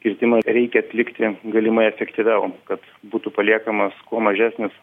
kirtimą reikia atlikti galimai efektyviau kad būtų paliekamas kuo mažesnis